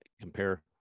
compare